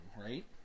right